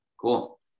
Cool